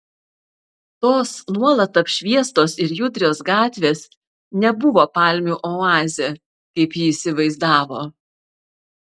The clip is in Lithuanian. tos nuolat apšviestos ir judrios gatvės nebuvo palmių oazė kaip ji įsivaizdavo